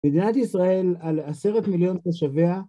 מדינת ישראל על עשרת מיליון תושביה